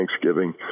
Thanksgiving